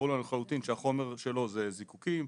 ברור לנו לחלוטין שהחומר שלו זה זיקוקין.